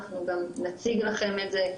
אנחנו גם נציג לכם את זה,